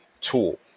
tool